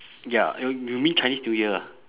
ya you you mean chinese new year ah